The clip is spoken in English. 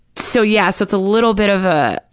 so yeah so it's a little bit of a,